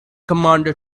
commander